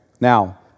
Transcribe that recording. Now